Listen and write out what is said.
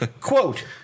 Quote